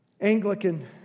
Anglican